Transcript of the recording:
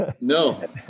No